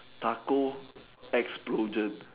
taco explosion